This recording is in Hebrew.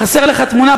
חסרה לך תמונה?